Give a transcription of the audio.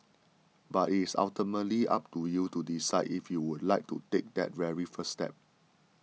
but it is ultimately up to you to decide if you would like to take that very first step